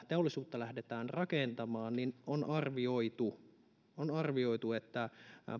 teollisuutta lähdetään rakentamaan niin on arvioitu on arvioitu että